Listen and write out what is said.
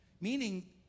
Meaning